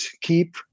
keep